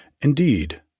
indeed